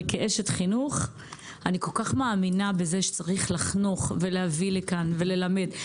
אבל כאשת חינוך אני כל כך מאמינה בזה שצריך לחנוך ולהביא לכאן וללמד.